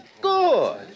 Good